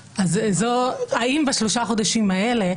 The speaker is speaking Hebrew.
האם בשלושה החודשים האלה,